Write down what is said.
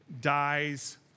dies